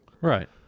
Right